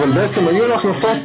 לא נכון.